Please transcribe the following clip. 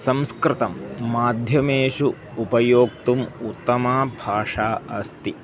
संस्कृतं माध्यमेषु उपयोक्तुम् उत्तमा भाषा अस्ति